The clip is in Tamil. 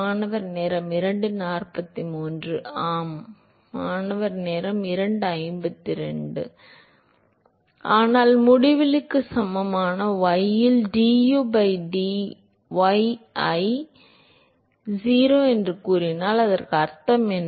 மாணவர் ஆம் மாணவர் ஆனால் முடிவிலிக்கு சமமான y இல் du by dy ஐ 0 என்று கூறினால் அதன் அர்த்தம் என்ன